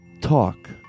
Talk